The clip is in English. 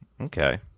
Okay